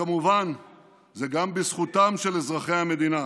וכמובן גם בזכות אזרחי המדינה,